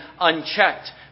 unchecked